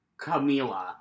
Camila